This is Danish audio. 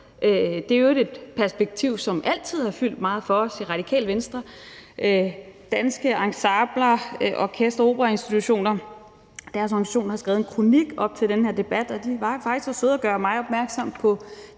Det er i øvrigt et perspektiv, som altid har fyldt meget for os i Radikale Venstre. DEOO – Danske Ensembler, Orkestre og Operainstitutioner har skrevet en kronik op til den her debat, og de var faktisk så søde at gøre mig opmærksom på